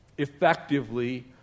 effectively